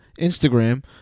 Instagram